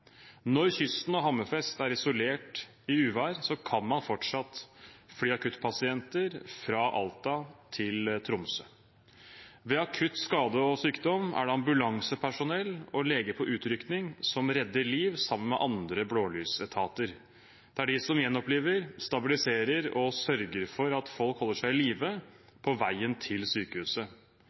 Når kysten og Hammerfest er isolert av uvær, kan man fortsatt fly akuttpasienter fra Alta til Tromsø. Ved akutt skade og sykdom er det ambulansepersonell og leger på utrykning som redder liv sammen med andre blålysetater. Det er de som gjenoppliver, stabiliserer og sørger for at folk holder seg i live på vei til sykehuset.